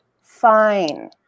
Fine